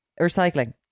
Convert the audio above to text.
Recycling